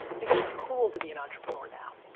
because it's cool to be an entrepreneur now.